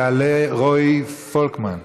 יעלה חבר הכנסת רועי פולקמן.